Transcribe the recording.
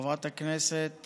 חברת הכנסת